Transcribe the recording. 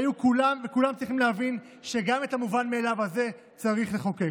כולם צריכים להבין שגם את המובן מאליו הזה צריך לחוקק.